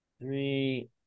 Three